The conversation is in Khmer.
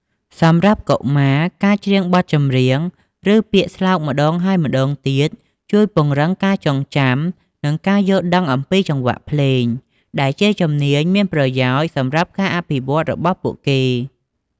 សម្រាប់កុមារ ការច្រៀងបទចម្រៀង ឬពាក្យស្លោកម្តងហើយម្តងទៀត ជួយពង្រឹងការចងចាំ និងការយល់ដឹងអំពីចង្វាក់ភ្លេង ដែលជាជំនាញមានប្រយោជន៍សម្រាប់ការអភិវឌ្ឍន៍របស់ពួកគេ។